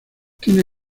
tiene